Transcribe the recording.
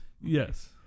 Yes